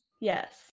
Yes